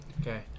Okay